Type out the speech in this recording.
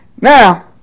Now